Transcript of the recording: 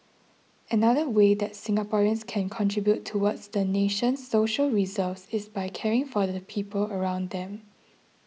another way that Singaporeans can contribute towards the nation's social reserves is by caring for the people around them